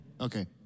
Okay